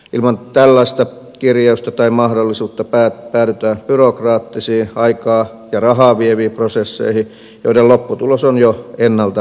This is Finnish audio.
ilman tällaista kirjausta tai mahdollisuutta päädytään byrokraattisiin aikaa ja rahaa vieviin prosesseihin joiden lopputulos on jo ennalta nähtävissä